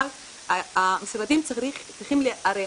אבל המשרדים צריכים להיערך,